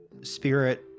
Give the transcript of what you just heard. spirit